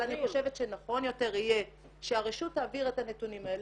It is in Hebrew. אבל אני חושבת שנכון יותר יהיה שהרשות תעביר את הנתונים האלה,